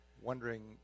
wondering